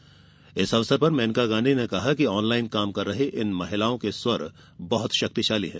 उन्होंने इस अवसर पर मेनका गांधी ने कहा कि ऑन लाइन काम कर रही इन महिलाओं के स्वर बहुत शक्तिशाली हैं